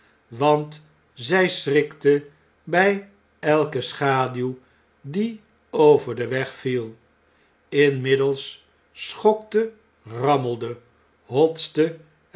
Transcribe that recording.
want zij schrikte bij elke schaduw die over den weg viel inmiddels schokte rammelde hotste